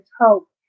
hope